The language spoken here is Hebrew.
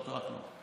לא קרה כלום.